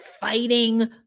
fighting